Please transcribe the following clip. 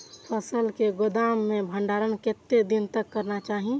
फसल के गोदाम में भंडारण कतेक दिन तक करना चाही?